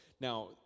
Now